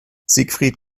siegfried